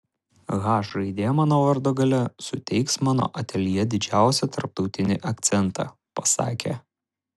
h raidė mano vardo gale suteiks mano ateljė didžiausią tarptautinį akcentą pasakė